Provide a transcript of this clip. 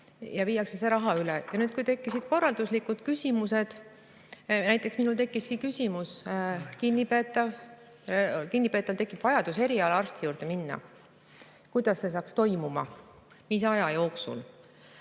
ja viiakse see raha üle. Nüüd tekkisid korralduslikud küsimused. Näiteks minul tekkis küsimus: kui kinnipeetaval tekib vajadus erialaarsti juurde minna, siis kuidas see saaks toimuda ja mis aja jooksul?